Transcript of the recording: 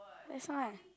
that's why